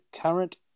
current